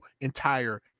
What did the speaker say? entire